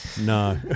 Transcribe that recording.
No